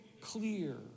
clear